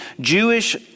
Jewish